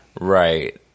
right